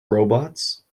robots